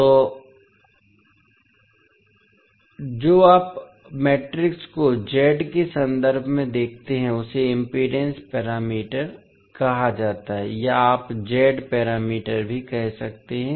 तो जो आप मैट्रिक्स को के संदर्भ में देखते हैं उसे इम्पीडेन्स पैरामीटर कहा जाता है या आप z पैरामीटर भी कह सकते हैं